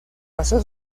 pasó